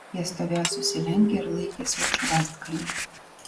jie stovėjo susilenkę ir laikėsi už rąstgalių